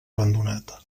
abandonat